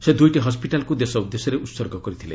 ସେ ଦୁଇଟି ହସ୍କିଟାଲକୁ ଦେଶ ଉଦ୍ଦେଶ୍ୟରେ ଉତ୍ସର୍ଗ କରିଥିଲେ